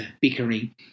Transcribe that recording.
bickering